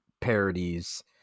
parodies